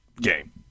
game